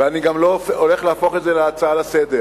ואני גם לא הולך להפוך את זה להצעה לסדר-היום.